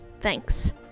thanks